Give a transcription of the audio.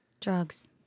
Drugs